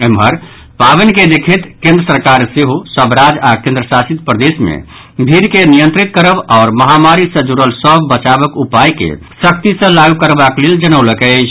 एम्हर पावनि के देखैत केन्द्र सरकार सेहो सभ राज्य आओर केन्द्रशासित प्रदेश मे भीड़ के नियंत्रित करब आओर महामारी सँ जुड़ल सभ बचावक उपाय के सख्ती सँ लागू करबाक लेल जनौलक अछि